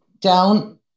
down